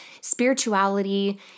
spirituality